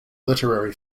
literary